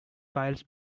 files